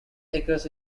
acres